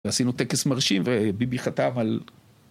עשינו טקס מרשים וביבי חתם על...